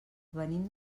venim